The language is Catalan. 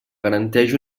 garanteix